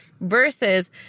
versus